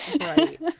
Right